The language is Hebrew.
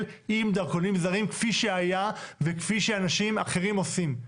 עם דרכונים זרים כפי שהיה וכפי שאנשים אחרים עושים,